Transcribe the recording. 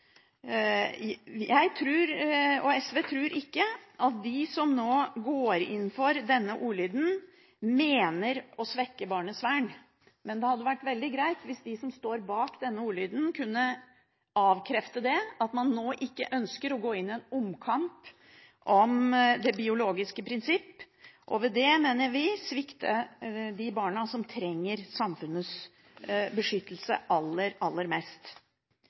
Jeg og SV tror ikke at de som nå går inn for denne ordlyden, mener å svekke barnas vern. Men det hadde vært veldig greit hvis de som står bak denne ordlyden, kunne avkrefte det – at man nå ikke ønsker å gå inn i en omkamp om det biologiske prinsipp, og ved det, mener vi, svikte de barna som trenger samfunnets beskyttelse aller, aller mest.